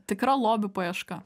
tikra lobių paieška